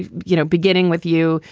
you you know, beginning with you,